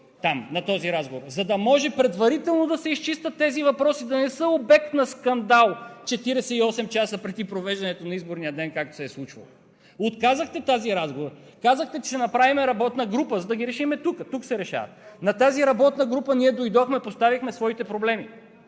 на този разговор – за да може предварително да се изчистят тези въпроси и да не са обект на скандал 48 часа преди провеждането на изборния ден, както се е случвало. Отказахте този разговор. Казахте, че ще направим работна група, за да ги решим тук, тук се решават. На тази работна група ние дойдохме и поставихме своите проблеми,